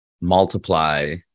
multiply